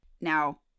now